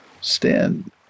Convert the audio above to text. stand